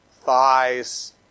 thighs